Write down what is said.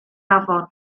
afon